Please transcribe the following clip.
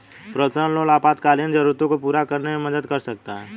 personal loan आपातकालीन जरूरतों को पूरा करने में मदद कर सकता है